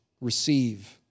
Receive